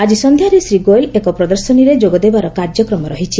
ଆଜି ସଂଧ୍ୟାରେ ଶ୍ରୀ ଗୋଏଲ ଏକ ପ୍ରଦର୍ଶନୀରେ ଯୋଗଦେବାର କାର୍ଯ୍ୟକ୍ରମ ରହିଛି